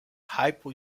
hippo